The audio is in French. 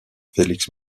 félix